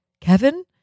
Kevin